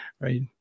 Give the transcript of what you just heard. right